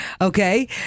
Okay